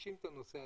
מבקשים את הנושא,